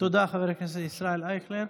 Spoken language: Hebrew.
תודה, חבר הכנסת ישראל אייכלר.